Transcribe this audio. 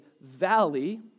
valley